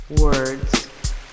Words